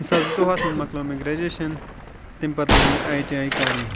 زٕ ساس زٕتووُہَس منٛز مۄکلٲو مےٚ گرٛیٚجویشَن تمہِ پَتہٕ لوگ مےٚ آیۍ ٹی آیۍ کَرُن